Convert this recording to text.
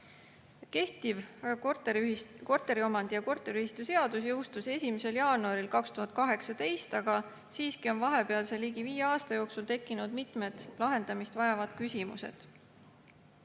korteriomandi- ja korteriühistuseadus jõustus 1. jaanuaril 2018, aga siiski on vahepealse, ligi viie aasta jooksul tekkinud mitu lahendamist vajavat küsimust.